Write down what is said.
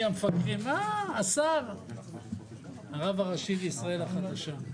ולכן כאשר בד"צ העדה החרדית,